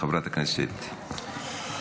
חברת הכנסת אימאן ח'טיב יאסין.